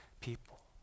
people